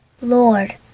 Lord